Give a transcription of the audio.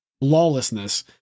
lawlessness